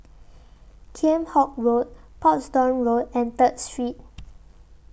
Kheam Hock Road Portsdown Road and Third Street